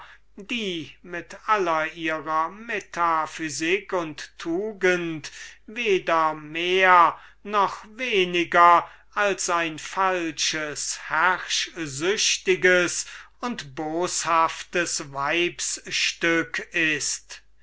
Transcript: welche mit aller ihrer metaphysik und tugend weder mehr noch weniger als eine falsche herrschsüchtige und boshafte kreatur ist